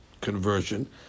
conversion